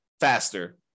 faster